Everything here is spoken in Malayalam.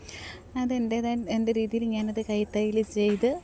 അത് എന്റെതായ എന്റെ രീതിയിൽ ഞാൻ അത് കൈത്തയ്യല് ചെയ്ത്